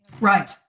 Right